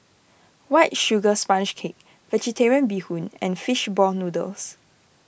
White Sugar Sponge Cake Vegetarian Bee Hoon and Fish Ball Noodles